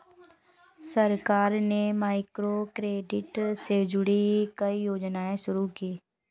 सरकार ने माइक्रोक्रेडिट से जुड़ी कई योजनाएं शुरू की